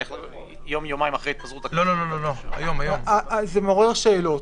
זה מעורר שאלות.